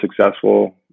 successful